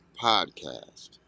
Podcast